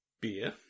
beer